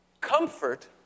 Comfort